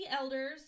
elders